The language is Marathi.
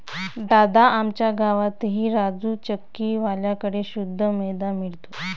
दादा, आमच्या गावातही राजू चक्की वाल्या कड़े शुद्ध मैदा मिळतो